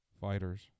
fighters